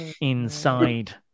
inside